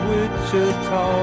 Wichita